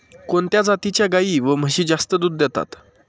कोणत्या जातीच्या गाई व म्हशी जास्त दूध देतात?